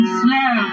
slow